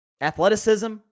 Athleticism